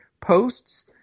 posts